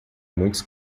muitos